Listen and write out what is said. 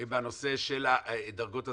שלוש, בנושא של הדרגות הזמניות,